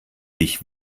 sich